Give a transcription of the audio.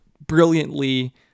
brilliantly